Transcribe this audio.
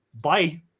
Bye